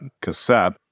cassette